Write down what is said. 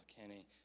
Kenny